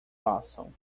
passam